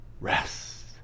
rest